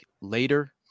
later –